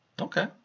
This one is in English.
Okay